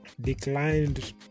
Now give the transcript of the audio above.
declined